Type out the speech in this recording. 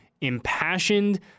impassioned